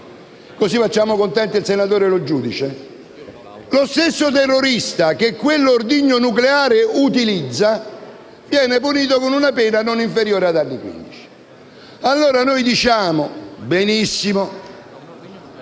così facciamo contento il senatore Lo Giudice - lo stesso terrorista, che quell'ordigno nucleare utilizza, viene punito con una pena non inferiore ad anni quindici. Benissimo,